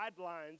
guidelines